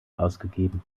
ausgegeben